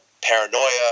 paranoia